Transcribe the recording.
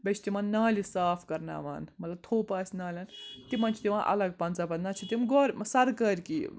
بیٚیہِ چھِ تِمَن نالہِ صاف کَرناوان مطلب تھوٚپ آسہِ نالٮ۪ن تِمَن چھِ دِوان الگ پَنژاہ پَنہ نَتہ چھِ تِم گور سَرکٲرۍ کی